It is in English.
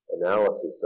analysis